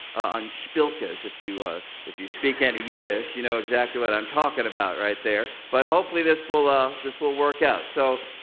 on shpilkes, if you ah if you speak any yiddish, you know exactly what i'm talking about right there. but hopefully this will ah this will work out. so,